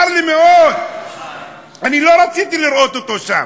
צר לי מאוד, לא רציתי לראות אותו שם.